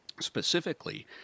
specifically